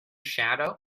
shadow